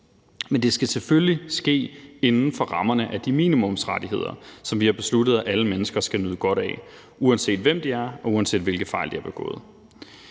Men det skal selvfølgelig ske inden for rammerne af de minimumsrettigheder, som vi har besluttet at alle mennesker skal nyde godt af, uanset hvem de er, og uanset hvilke fejl de har begået.